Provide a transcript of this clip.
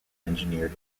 engineered